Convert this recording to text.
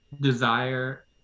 desire